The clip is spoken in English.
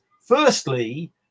Firstly